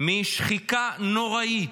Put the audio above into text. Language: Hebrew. משחיקה נוראית,